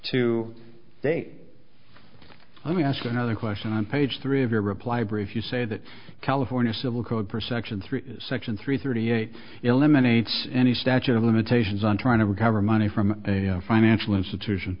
two they let me ask another question on page three of your reply brief you say that california civil code for section three section three thirty eight eliminates any statute of limitations on trying to recover money from a financial institution